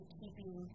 keeping